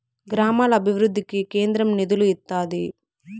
గ్రామాల అభివృద్ధికి కేంద్రం నిధులు ఇత్తాది